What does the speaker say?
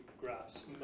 graphs